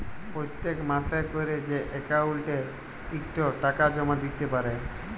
পত্তেক মাসে ক্যরে যে অক্কাউল্টে ইকট টাকা জমা দ্যিতে পারে